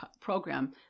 program